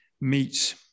meet